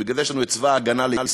בגלל זה יש לנו את צבא הגנה לישראל.